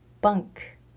bunk